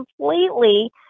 completely